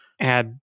add